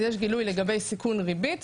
אז יש גילוי לגבי סיכון ריבית,